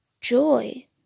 joy